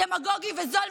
דמגוגי וזול,